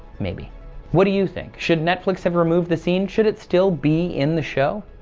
maybe what do you think should netflix have removed the scene? should it still be in the show?